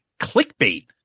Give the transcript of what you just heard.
clickbait